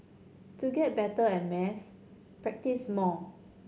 to get better at maths practise more